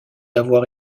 avoir